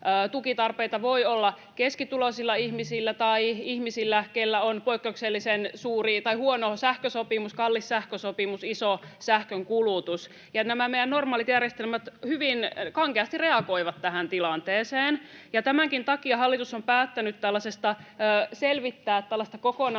Tukitarpeita voi olla keskituloisilla ihmisillä tai ihmisillä, joilla on poikkeuksellisen huono sähkösopimus, kallis sähkösopimus, iso sähkönkulutus. Nämä meidän normaalit järjestelmät hyvin kankeasti reagoivat tähän tilanteeseen, ja tämänkin takia hallitus on päättänyt selvittää tällaisen